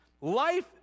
Life